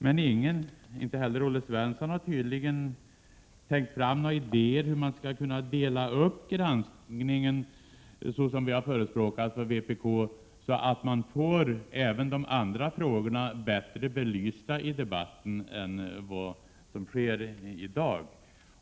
Men ingen, inte heller Olle Svensson, har tydligen kommit fram till några idéer om hur man skall kunna dela upp granskningen på det sätt vpk har förespråkat, så att även de andra frågorna blir bättre belysta i debatten än vad som sker i dag.